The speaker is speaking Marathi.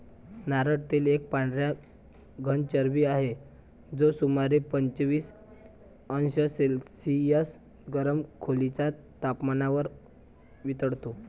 नारळ तेल एक पांढरा घन चरबी आहे, जो सुमारे पंचवीस अंश सेल्सिअस गरम खोलीच्या तपमानावर वितळतो